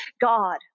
God